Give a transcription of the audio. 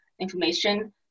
information